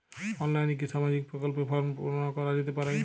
অনলাইনে কি সামাজিক প্রকল্পর ফর্ম পূর্ন করা যেতে পারে?